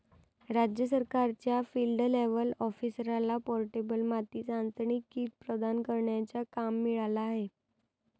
राज्य सरकारच्या field level ऑफिसरला पोर्टेबल माती चाचणी किट प्रदान करण्याचा काम मिळाला आहे